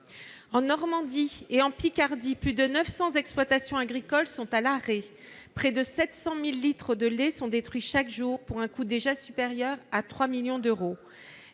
En Normandie et en Picardie, plus de 900 exploitations agricoles sont à l'arrêt. Près de 700 000 litres de lait sont détruits chaque jour, pour un manque à gagner déjà supérieur à 3 millions d'euros.